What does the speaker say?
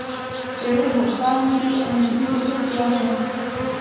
ऋण भुगतान की अंतिम तिथि क्या है?